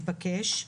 שהתבקש,